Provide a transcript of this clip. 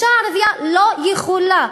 האישה הערבייה לא יכולה.